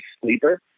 sleeper